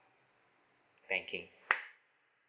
banking